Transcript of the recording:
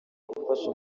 gufasha